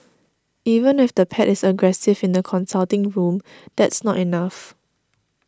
even if the pet is aggressive in the consulting room that's not enough